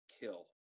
kill